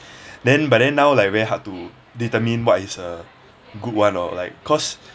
then but then now like very hard to determine what is a good one or like cause